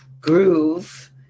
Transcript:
groove